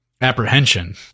apprehension